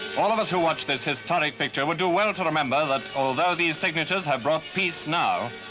all of us who watch this historic picture would do well to remember that although these signatures have brought peace now,